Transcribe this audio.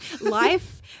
Life